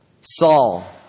Saul